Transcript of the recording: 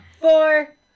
four